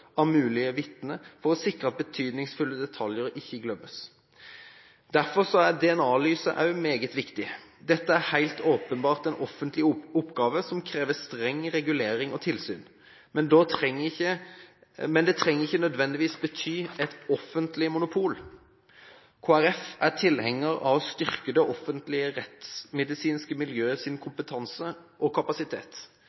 av mulige vitner for å sikre at betydningsfulle detaljer ikke glemmes. Derfor er også DNA-analyse meget viktig. Dette er helt åpenbart en offentlig oppgave som krever streng regulering og tilsyn, men det trenger ikke nødvendigvis bety et offentlig monopol. Kristelig Folkeparti er tilhenger av å styrke det offentlige, rettsmedisinske